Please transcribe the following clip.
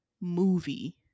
movie